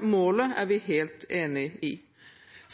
Målet er vi helt enige om.